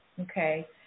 okay